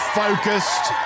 focused